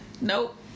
Nope